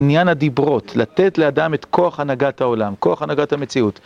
עניין הדיברות, לתת לאדם את כוח הנהגת העולם, כוח הנהגת המציאות.